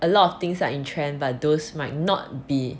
a lot of things are in trend but those might not be